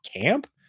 camp